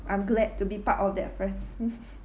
I am glad to be part of that friends